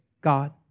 God